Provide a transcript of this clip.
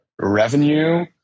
revenue